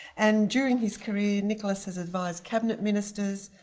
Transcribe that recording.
and during his career nicholas has advised cabinet ministers.